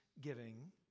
giving